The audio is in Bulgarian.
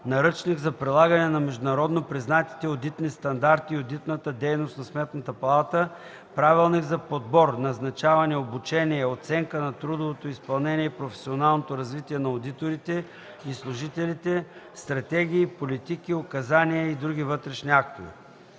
наръчник за прилагане на международно признатите одитни стандарти и одитната дейност на Сметната палата, правилник за подбор, назначаване, обучение, оценка на трудовото изпълнение и професионалното развитие на одиторите и служителите, стратегии, политики, указания и други вътрешни актове.